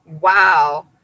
Wow